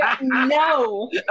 no